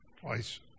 twice